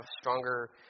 stronger